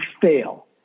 fail